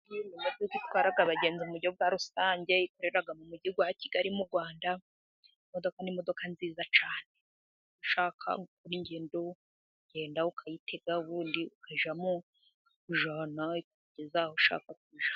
Imodoka itwara abagenzi mu buryo bwa rusange igenda mu mujyi wa Kigali mu Rwanda, iyi modoka ni imodoka nziza cyane ushaka gukora ingendo uragenda ukayitega ubundi ukajyamo, ikakujyana ikakugeza aho ushaka kujya .